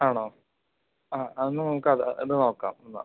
ആണോ ആ അത് ഒന്ന് നോക്കാം ഇത് നോക്കാം എന്നാൽ